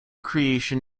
creation